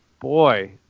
boy